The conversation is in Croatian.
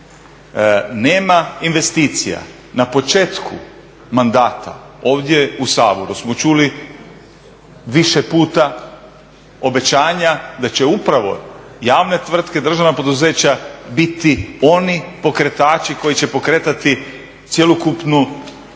Nema investicija, na početku mandata ovdje u Saboru smo čuli više puta obećanja da će upravo javne tvrtke, državna poduzeća biti oni pokretači koji će pokretati cjelokupnu privredu